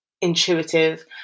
intuitive